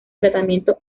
tratamiento